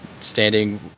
standing